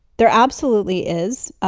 there absolutely is.